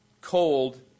cold